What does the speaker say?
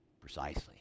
precisely